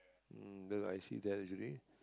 mm the I see that actually